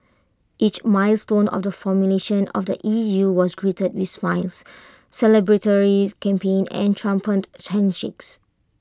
each milestone of the formulation of the E U was greeted with smiles celebratory champagne and triumphant